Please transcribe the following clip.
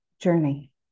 journey